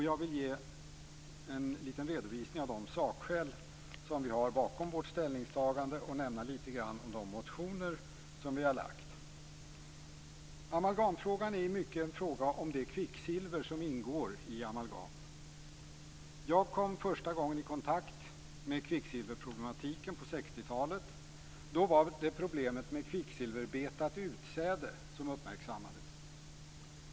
Jag vill ge en kort redovisning av de sakskäl som ligger bakom vårt ställningstagande och nämna litet grand om de motioner som vi har väckt. Amalgamfrågan handlar i mångt och mycket om det kvicksilver som ingår i amalgam. Första gången jag kom i kontakt med kvicksilverproblematiken var på 60-talet. Då var det problemet med kvicksilverbetat utsäde som uppmärksammades.